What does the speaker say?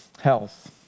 health